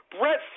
Brett